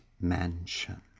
Mansion